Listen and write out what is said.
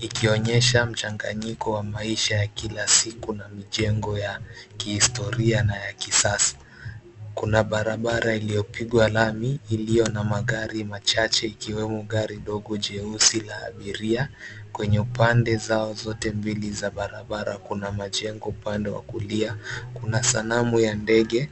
ikionyesha mchanganyiko wa maisha ya kila siku na mijengo ya kihistoria na ya kisasa. Kuna barabara iliyopigwa lami iliyo na magari machache ikiwemo gari dogo jeusi la abiria. Kwenye upande zao zote mbili za barabara kuna majengo upande wa kulia kuna sanamu ya ndege.